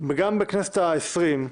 בכנסת ה-20,